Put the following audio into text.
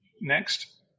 next